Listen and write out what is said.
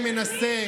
מי יהיה?